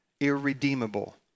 irredeemable